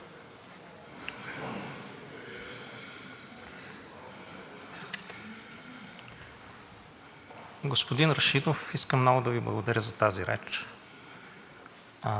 Господин Рашидов, искам много да Ви благодаря за тази реч.